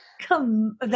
come